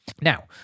Now